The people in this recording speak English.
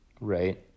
Right